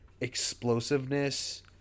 explosiveness